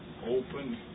open